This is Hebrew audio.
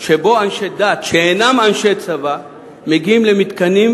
שבו אנשי דת שאינם אנשי צבא מגיעים למתקנים,